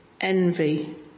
envy